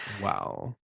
Wow